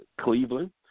Cleveland